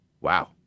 Wow